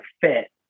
fit